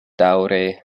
daŭre